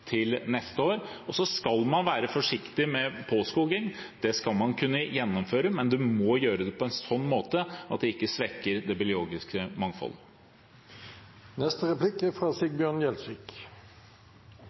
til neste år. Så skal man være forsiktig med påskoging. Det skal man kunne gjennomføre, men man må gjøre det på en sånn måte at det ikke svekker det biologiske mangfoldet. Det er